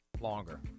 longer